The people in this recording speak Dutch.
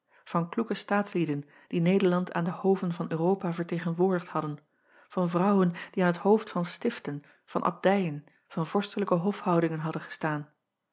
van kloeke staatslieden die ederland aan de oven van uropa vertegenwoordigd hadden van vrouwen die aan t hoofd van stiften van abdijen van vorstelijke hofhoudingen hadden gestaan